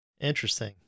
Interesting